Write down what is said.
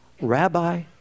Rabbi